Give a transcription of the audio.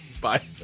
Bye